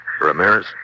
Ramirez